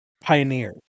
pioneers